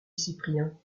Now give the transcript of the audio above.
cyprien